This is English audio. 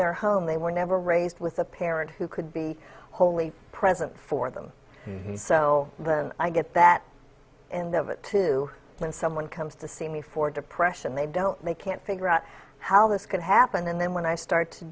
their home they were never raised with a parent who could be wholly present for them and so then i get that and of it too when someone comes to see me for depression they don't they can't figure out how this can happen and then when i start to